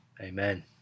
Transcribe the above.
Amen